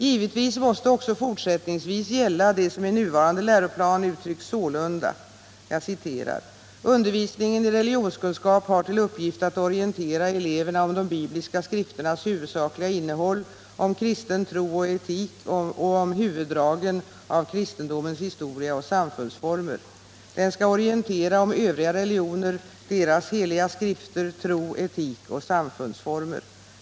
Givetvis måste också fortsättningsvis gälla det som i nuvarande läroplan uttrycks sålunda: ”Undervisningen i religionskunskap har till uppgift att orientera eleverna om de bibliska skrifternas huvudsakliga innehåll, om kristen tro och etik och om huvuddragen av kristendomens historia och samfundsformer. Den skall orientera om Övriga religioner, deras heliga skrifter, tro, etik och samfundsformer.